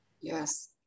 Yes